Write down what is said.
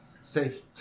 safe